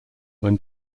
when